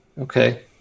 Okay